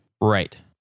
Right